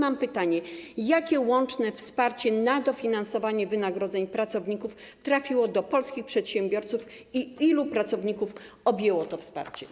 I pytanie: Jakie łączne wsparcie na dofinansowanie wynagrodzeń pracowników trafiło do polskich przedsiębiorców i ilu pracowników objęło to wsparcie?